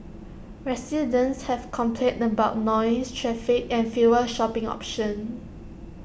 residents have complained about noise traffic and fewer shopping options